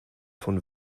von